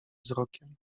wzrokiem